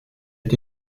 est